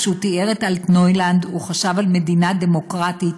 כשהוא תיאר את אלטנוילנד הוא חשב על מדינה דמוקרטית,